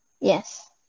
Yes